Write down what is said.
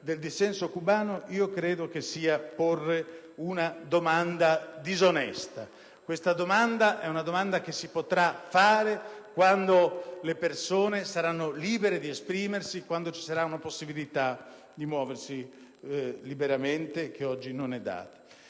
del dissenso cubano credo significhi porre una domanda disonesta. Questa domanda si potrà fare quando le persone saranno libere di esprimersi e quando ci sarà la possibilità di muoversi liberamente, che oggi non è data.